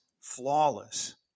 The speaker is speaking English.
flawless